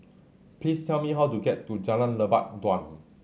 please tell me how to get to Jalan Lebat Daun